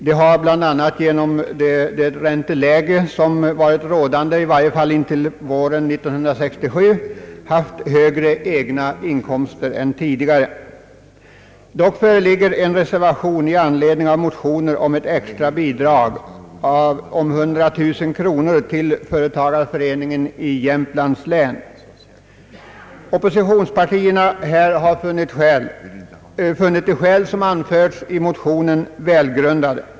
De har bl.a. genom det ränteläge som varit rådande i varje fall intill våren 1967 haft högre egna inkomster än tidigare. Dock föreligger en reservation i anledning av motioner om ett extra bidrag av 100000 kronor till företagareföreningen i Jämtlands län. Oppositionspartierna har funnit de skäl som anförts i motionerna välgrundade.